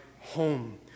home